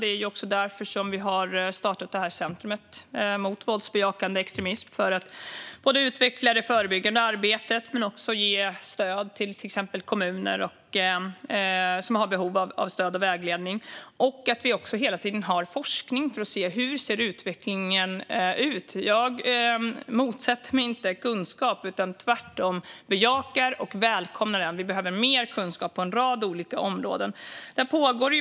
Det är också därför vi har startat Center mot våldsbejakande extremism, både för att utveckla det förebyggande arbetet och för att ge stöd till exempelvis kommuner som har behov av stöd och vägledning. Det är också viktigt att vi hela tiden har forskning för att se hur utvecklingen ser ut. Jag motsätter mig inte kunskap; tvärtom bejakar jag och välkomnar den. Vi behöver mer kunskap på en rad olika områden.